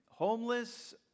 homeless